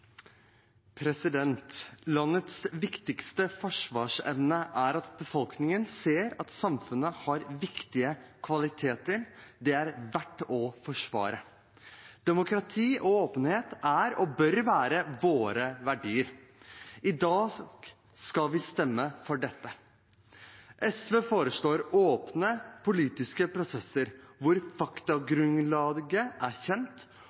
at befolkningen ser at samfunnet har viktige kvaliteter det er verdt å forsvare. Demokrati og åpenhet er, og bør være, våre verdier. I dag skal vi stemme for dette. SV foreslår åpne politiske prosesser, hvor faktagrunnlaget er kjent,